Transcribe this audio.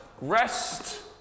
rest